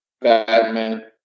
Batman